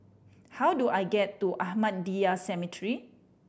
how do I get to Ahmadiyya Cemetery